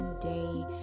Day